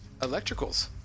electricals